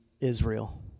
Israel